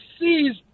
seized